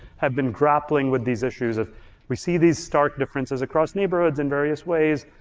have been grappling with these issues of we see these stark differences across neighborhoods in various ways,